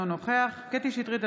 אינו נוכח קטי קטרין שטרית,